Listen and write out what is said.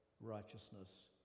righteousness